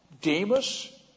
Demas